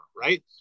Right